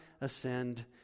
ascend